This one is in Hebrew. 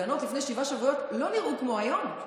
ההפגנות לפני שבעה שבועות לא נראו כמו היום.